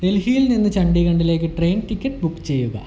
ഡൽഹിയിൽ നിന്ന് ചണ്ഡീഗഢിലേക്ക് ട്രെയിൻ ടിക്കറ്റ് ബുക്ക് ചെയ്യുക